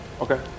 Okay